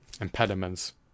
impediments